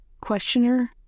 Questioner